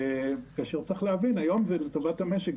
כאשר צריך להבין היום זה לטובת המשק.